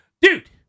dude